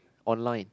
online